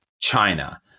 China